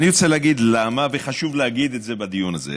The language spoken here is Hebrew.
אני רוצה להגיד למה, וחשוב להגיד את זה בדיון הזה.